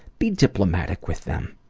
be diplomatic with them.